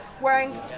wearing